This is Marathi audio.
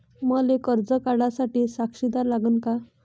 मले कर्ज काढा साठी साक्षीदार लागन का?